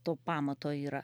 to pamato yra